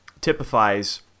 typifies